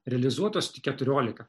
realizuotos tik keturiolika